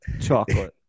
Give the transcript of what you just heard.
chocolate